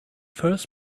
first